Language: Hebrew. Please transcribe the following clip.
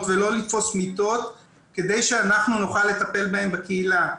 ולא לתפוס מיטות כדי שאנחנו נוכל לטפל בהם בקהילה.